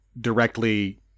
directly